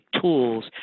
tools